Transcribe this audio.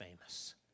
famous